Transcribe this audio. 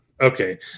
Okay